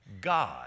God